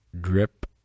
Drip